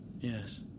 Yes